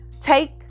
take